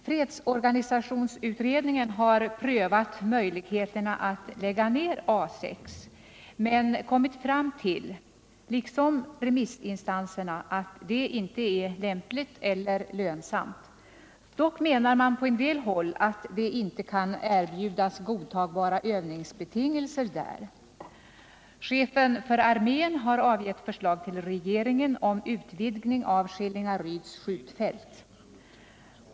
Fredsorganisationsutredningen har prövat möjligheterna att lägga ner A 6 men liksom remissinstanserna kommit fram till att detta inte är lämpligt eller lönsamt. Dock menar man på en del håll att det inte kan erbjudas godtagbara övningsbetingelser där. Chefen för armén har till regeringen avgivit förslag om en utvidgning av Skillingaryds skjutfält.